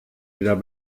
wieder